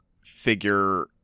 figure